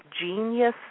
genius